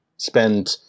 spend